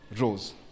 rose